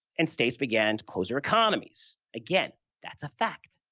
and states began to close your economies. again, that's a fact,